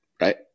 Right